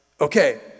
okay